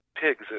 pigs